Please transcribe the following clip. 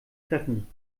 treffen